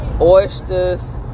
oysters